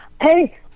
Hey